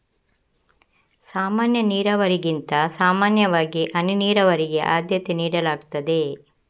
ಸಾಮಾನ್ಯ ನೀರಾವರಿಗಿಂತ ಸಾಮಾನ್ಯವಾಗಿ ಹನಿ ನೀರಾವರಿಗೆ ಆದ್ಯತೆ ನೀಡಲಾಗ್ತದೆ